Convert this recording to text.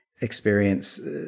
experience